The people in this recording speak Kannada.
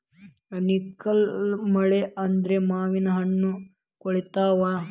ಆನಿಕಲ್ಲ್ ಮಳಿ ಆದ್ರ ಮಾವಿನಹಣ್ಣು ಕ್ವಳಿತಾವ